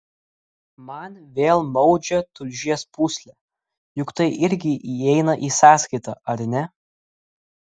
man vėl maudžia tulžies pūslę juk tai irgi įeina į sąskaitą ar ne